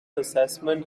assessment